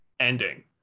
ending